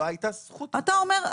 לא הייתה זכות --- אתה אומר,